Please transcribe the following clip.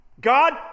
God